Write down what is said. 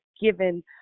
given